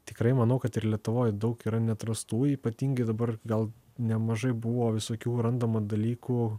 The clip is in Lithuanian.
tikrai manau kad ir lietuvoj daug yra neatrastų ypatingai dabar gal nemažai buvo visokių randama dalykų